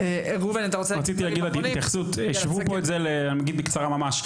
רציתי להגיד בקצרה ממש,